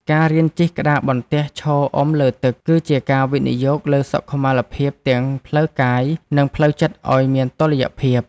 ការរៀនជិះក្តារបន្ទះឈរអុំលើទឹក គឺជាការវិនិយោគលើសុខុមាលភាពទាំងផ្លូវកាយ និងផ្លូវចិត្តឱ្យមានតុល្យភាព។